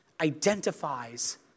identifies